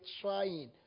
trying